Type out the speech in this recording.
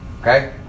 okay